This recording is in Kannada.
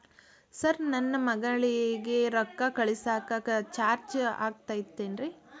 ಸರ್ ನನ್ನ ಮಗಳಗಿ ರೊಕ್ಕ ಕಳಿಸಾಕ್ ಚಾರ್ಜ್ ಆಗತೈತೇನ್ರಿ?